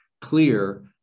clear